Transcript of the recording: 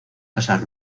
casas